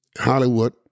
Hollywood